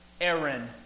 Aaron